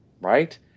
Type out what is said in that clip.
right